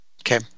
Okay